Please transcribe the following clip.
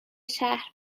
شهر